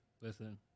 Listen